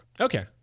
Okay